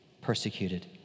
persecuted